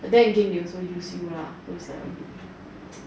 but then again they also use you lah so it's like a bit